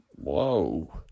Whoa